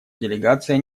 делегация